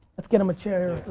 let's get him a chair.